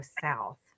south